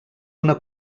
una